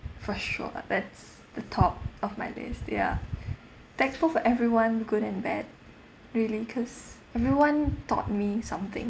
for sure that's the top of my list ya thankful for everyone good and bad really because everyone taught me something